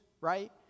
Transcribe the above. right